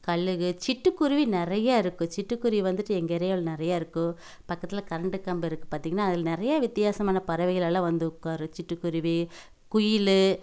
கழுகு சிட்டுக்குருவி நிறையா இருக்கும் சிட்டுக்குருவி வந்துட்டு எங்கள் ஏரியாவில் நிறையா இருக்கும் பக்கத்தில் கரெண்ட்டு கம்பு இருக்குது பார்த்தீங்கனா அதில் நிறைய வித்தியாசமான பறவைகள எல்லாம் வந்து உட்காரும் சிட்டுக்குருவி குயில்